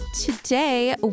Today